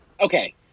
Okay